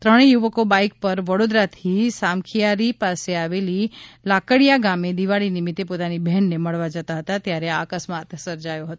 ત્રણેય યુવકો બાઇક પર વડોદરાથી સામખીયારી પાસે આવેલા લાકડિયા ગામે દિવાળી નિમિત પોતાની બહેનને મળવા જતા હતા ત્યારે આ અકસ્માત સર્જાયો હતો